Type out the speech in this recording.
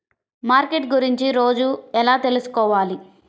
Market గురించి రోజు ఎలా తెలుసుకోవాలి?